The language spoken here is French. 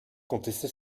contester